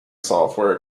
software